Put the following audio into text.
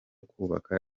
kubaka